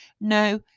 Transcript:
No